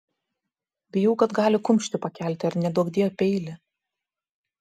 bijau kad gali kumštį pakelti ar neduokdie peilį